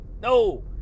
no